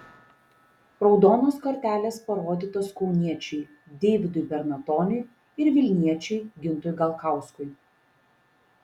raudonos kortelės parodytos kauniečiui deividui bernatoniui ir vilniečiui gintui galkauskui